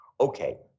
Okay